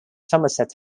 somerset